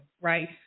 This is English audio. right